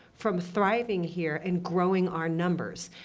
from thriving here and growing our numbers.